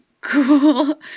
cool